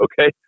okay